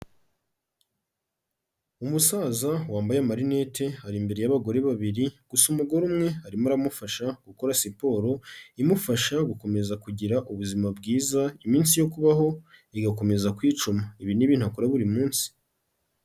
Umusaza wambaye amarinete ari imbere y'abagore babiri, gusa umugore umwe arimo aramufasha gukora siporo imufasha gukomeza kugira ubuzima bwiza, iminsi yo kubaho igakomeza kwicuma. Ibi ni ibintu akora buri munsi.